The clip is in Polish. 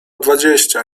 dwadzieścia